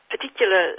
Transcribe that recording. particular